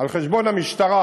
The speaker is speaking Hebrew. על חשבון המשטרה,